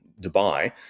Dubai